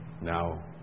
Now